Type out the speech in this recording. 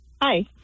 Hi